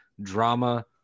drama